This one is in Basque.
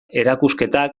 erakusketak